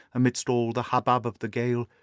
amid all the hubbub of the gale,